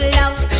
love